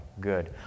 Good